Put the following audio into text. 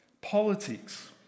Politics